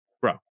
Bro